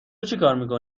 چیکار